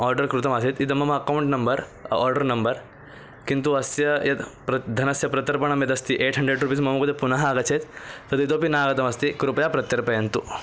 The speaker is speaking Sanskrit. आर्डर् कृतम् आसीत् इदं मम अकौण्ट् नम्बर् आर्डर् नम्बर् किन्तु अस्य यद् प्रत् धनस्य प्रत्यर्पणं यदस्ति एय्ट् हण्ड्रेड् रूपीस् मम कृते पुनः आगच्छेत् तद् इतोऽपि न आगतमस्ति कृपया प्रत्यर्पयन्तु